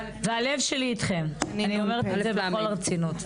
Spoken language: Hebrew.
והלב שלי איתכן, אני אומרת את זה בכל הרצינות.